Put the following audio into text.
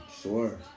Sure